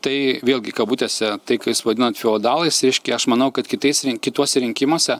tai vėlgi kabutėse tai ką jūs vadinat feodalais reiškia aš manau kad kitais rinki kituose rinkimuose